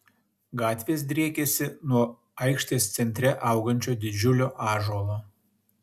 gatvės driekėsi nuo aikštės centre augančio didžiulio ąžuolo